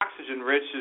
oxygen-rich